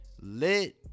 lit